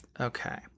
Okay